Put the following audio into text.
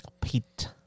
pete